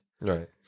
Right